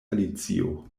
alicio